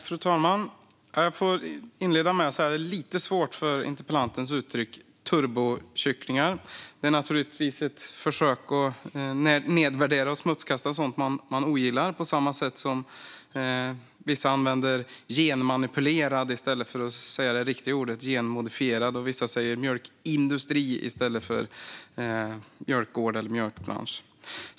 Fru talman! Jag får inleda med att säga att jag har lite svårt för interpellantens uttryck turbokycklingar. Det är naturligtvis ett försök att nedvärdera och smutskasta sådant man ogillar, på samma sätt som vissa säger genmanipulerad i stället för det riktiga ordet genmodifierad och vissa säger mjölkindustri i stället för mjölkgård eller mjölkbransch.